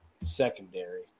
secondary